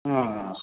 হ্যাঁ